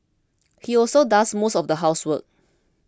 he also does most of the housework